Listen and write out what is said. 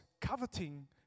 coveting